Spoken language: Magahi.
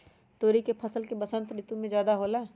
तोरी के फसल का बसंत ऋतु में ज्यादा होला?